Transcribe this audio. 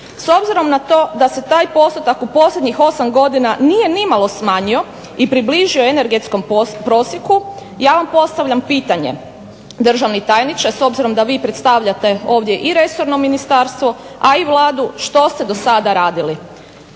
S obzirom na to da se taj postotak u posljednjih 8 godina nije nimalo smanjio i približio energetskom prosjeku ja vam postavljam pitanje državni tajniče s obzirom da vi predstavljate ovdje i resorno ministarstvo, a i Vladu, što ste dosada radili?